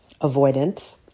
avoidance